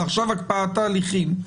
ועכשיו הקפאת ההליכים,